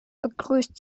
begrüßt